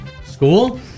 School